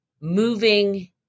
moving